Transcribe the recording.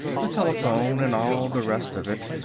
the telephone and all the rest of it,